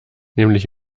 nämlich